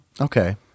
Okay